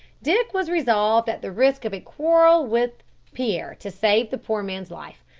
dick was resolved at the risk of a quarrel with pierre to save the poor man's life,